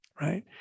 right